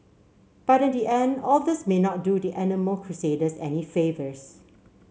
but in the end all this may not do the animal crusaders any favours